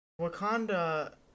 Wakanda